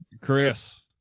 Chris